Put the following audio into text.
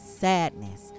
sadness